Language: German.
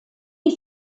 die